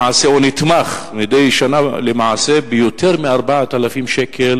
או נתמך מדי שנה ביותר מ-4,000 שקל